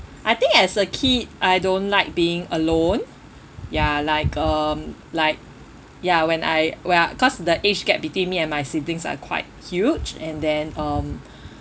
I think as a kid I don't like being alone ya like um like ya when I when I cause the age gap between me and my siblings are quite huge and then um